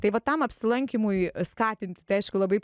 tai va tam apsilankymui skatint tai aišku labai